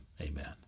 amen